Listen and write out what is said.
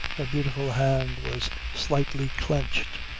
her beautiful hand was slightly clenched,